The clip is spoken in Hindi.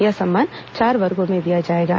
यह सम्मान चार वर्गों में दिए जाएंगे